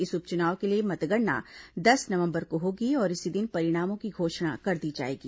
इस उपचुनाव के लिए मतगणना दस नवंबर को होगी और इसी दिन परिणामों की घोषणा कर दी जाएगी